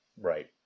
right